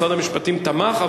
משרד המשפטים תמך,